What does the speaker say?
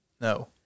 No